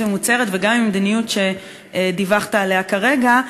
המוצהרת וגם עם המדיניות שדיווחת עליה כרגע?